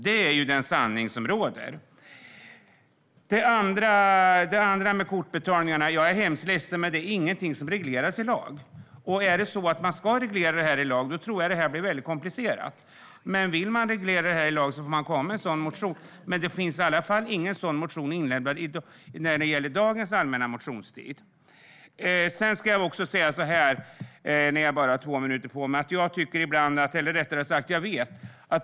Det är den sanning som råder. När det gäller detta med kortbetalningarna: Jag är hemskt ledsen, men det är ingenting som regleras i lag. Jag tror att det blir väldigt komplicerat om vi ska reglera detta i lag, men vill man reglera det i lag får man komma med en sådan motion. Det finns dock ingen sådan motion inlämnad under den senaste allmänna motionstiden. Jag har bara två minuters talartid, men jag ska säga en sak.